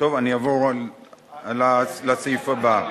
אני אעבור לסעיף הבא: